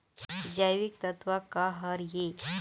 जैविकतत्व का हर ए?